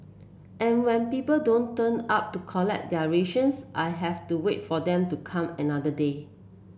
and when people don't turn up to collect their rations I have to wait for them to come another day